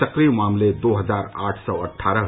सक्रिय मामले दो हजार आठ सौ अट्ठारह